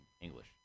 English